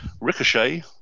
Ricochet